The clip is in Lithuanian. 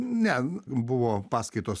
ne buvo paskaitos